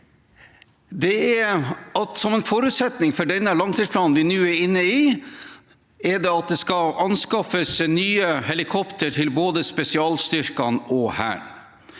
at en forutsetning for den langtidsplanen vi nå er inne i, er at det skal anskaffes nye helikoptre til både spesialstyrkene og Hæren.